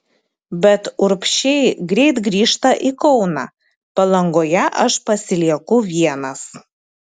bet urbšiai greit grįžta į kauną palangoje aš pasilieku vienas